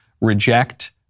reject